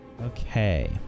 Okay